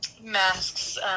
masks